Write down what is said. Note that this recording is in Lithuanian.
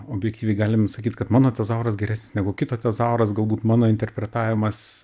objektyviai galim sakyt kad mano tezauras geresnis negu kito tezauras galbūt mano interpretavimas